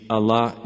Allah